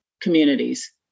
communities